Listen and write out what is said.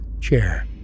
Chair